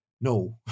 no